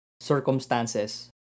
circumstances